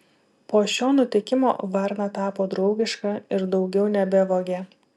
po šio nutikimo varna tapo draugiška ir daugiau nebevogė